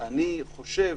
חושב